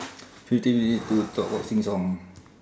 fifteen minute to talk cock sing song